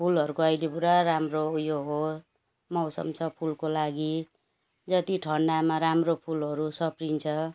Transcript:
फुलहरूको अहिले पुरा राम्रो उ यो हो मौसम छ फुलको लागि जति ठन्डामा राम्रो फुलहरू सप्रिन्छ